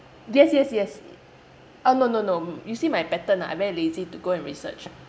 yes yes yes oh no no no you see my pattern ah I very lazy to go and research